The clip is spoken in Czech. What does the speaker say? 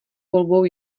volbou